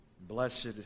Blessed